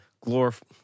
glorify